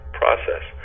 process